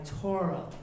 Torah